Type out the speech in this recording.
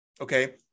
Okay